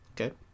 Okay